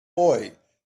boy